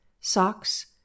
socks